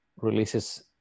releases